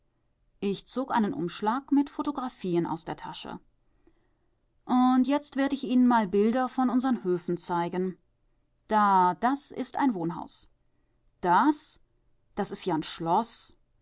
ich zog einen umschlag mit photographien aus der tasche jetzt werd ich ihnen mal bilder von unseren höfen zeigen da das ist ein wohnhaus das das is ja n schloß